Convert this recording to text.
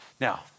Now